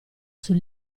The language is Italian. sul